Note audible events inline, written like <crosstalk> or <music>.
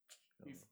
<noise> if